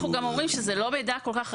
גם אומרים שזה לא מידע כל כך רגיש,